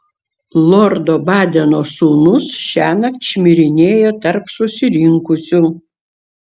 lordo badeno sūnus šiąnakt šmirinėjo tarp susirinkusių